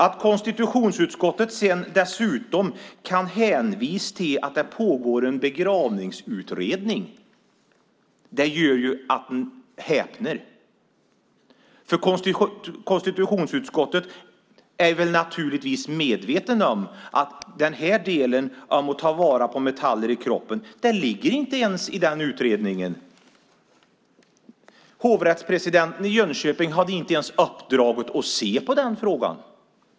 Att konstitutionsutskottet dessutom hänvisar till att det pågår en begravningsutredning gör att man häpnar. Konstitutionsutskottet är naturligtvis medvetet om att den del som handlar om att ta vara på metaller i kroppen inte ens ligger i den utredningen. Hovrättspresidenten i Jönköping hade inte ens uppdraget att se på den frågan.